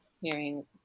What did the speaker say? hearing